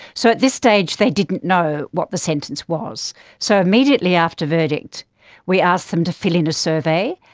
so at this stage they didn't know what the sentence was. so immediately after verdict we asked them to fill in a survey,